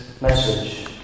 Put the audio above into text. message